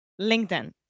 LinkedIn